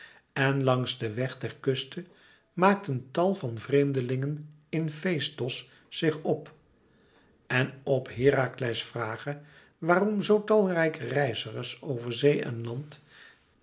en langs den weg ter kuste maakten tal van vreemdelingen in feestdos zich op en op herakles vrage waarom zoo talrijke reizigers over zee en land